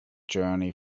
journey